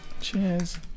Cheers